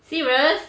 serious